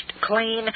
clean